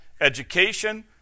education